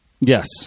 Yes